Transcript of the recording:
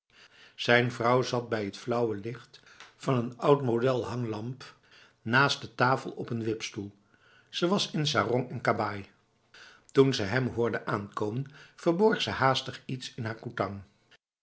zijn vrouw zat bij het flauwe licht van een oud model hanglamp naast de tafel op een wipstoel ze was in sarong en kabaai toen ze hem hoorde aankomen verborg ze haastig iets in haar koetang